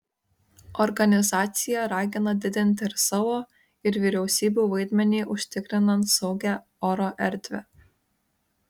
organizacija ragina didinti ir savo ir vyriausybių vaidmenį užtikrinant saugią oro erdvę